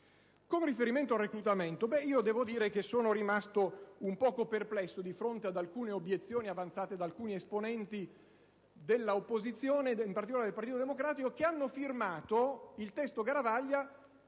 Con riferimento al reclutamento sono rimasto perplesso di fronte ad alcune obiezioni avanzate da esponenti dell'opposizione e, in particolare, del Partito Democratico che hanno firmato il testo proposto